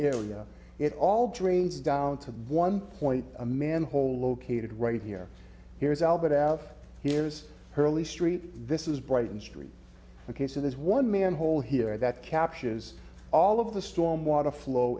area it all drains down to one point a manhole located right here here's albert out here is purley street this is brighton street ok so there's one manhole here that captures all of the storm water flow